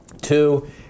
Two